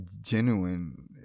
genuine